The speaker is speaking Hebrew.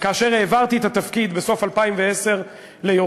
וכאשר העברתי את התפקיד בסוף 2010 ליורשי,